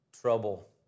trouble